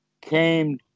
came